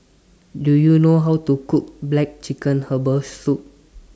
Do YOU know How to Cook Black Chicken Herbal Soup